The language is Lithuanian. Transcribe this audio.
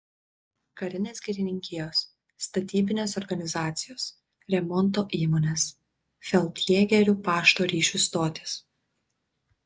karinės girininkijos statybinės organizacijos remonto įmonės feldjėgerių pašto ryšių stotys